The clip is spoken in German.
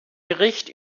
bericht